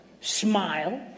smile